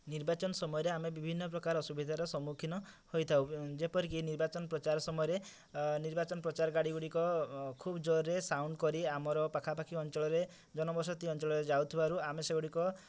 ନିର୍ବାଚନ ସମୟରେ ଆମେ ବିଭିନ୍ନ ପ୍ରକାର ଅସୁବିଧାର ସମ୍ମୁଖୀନ ହୋଇଥାଉ ଯେପରିକି ନିର୍ବାଚନ ପ୍ରଚାର ସମୟରେ ନିର୍ବାଚନ ପ୍ରଚାର ଗାଡ଼ିଗୁଡ଼ିକ ଖୁବ୍ ଜୋରରେ ସାଉଣ୍ଡ୍ କରି ଆମର ପାଖାପାଖି ଅଞ୍ଚଳରେ ଜନ ବସତି ଅଞ୍ଚଳରେ ଯାଉଥିବାରୁ ଆମେ ସେଗୁଡ଼ିକ